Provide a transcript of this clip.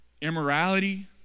Immorality